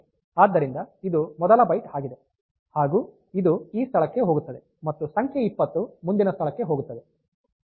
ಆದ್ದರಿಂದ ಇದು ಮೊದಲ ಬೈಟ್ ಆಗಿದೆ ಹಾಗು ಇದು ಈ ಸ್ಥಳಕ್ಕೆ ಹೋಗುತ್ತದೆ ಮತ್ತು ಸಂಖ್ಯೆ 20 ಮುಂದಿನ ಸ್ಥಳಕ್ಕೆ ಹೋಗುತ್ತದೆ